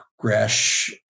Gresh